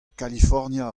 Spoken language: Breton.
kalifornia